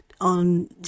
on